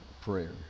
prayer